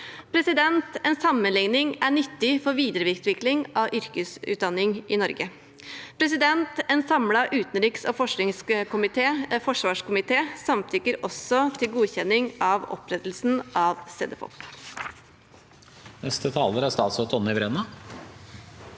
En sammenligning er nyttig for en videreutvikling av yrkesutdanning i Norge. En samlet utenriks- og forsvarskomité samtykker også til godkjenning av opprettelsen av Cedefop. Statsråd Tonje Brenna